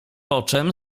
poczem